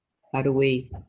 how do we.